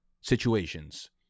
situations